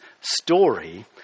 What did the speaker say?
story